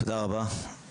תודה רבה.